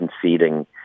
conceding